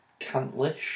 Cantlish